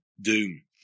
doom